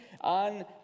on